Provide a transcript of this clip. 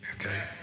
okay